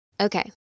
Okay